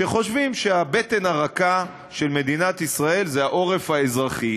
שחושבים שהבטן הרכה של מדינת ישראל זה העורף האזרחי.